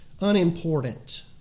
unimportant